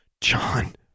John